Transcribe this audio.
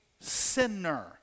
sinner